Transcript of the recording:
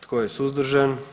Tko je suzdržan?